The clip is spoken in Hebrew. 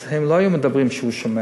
אז הם לא היו מדברים כשהוא שומע,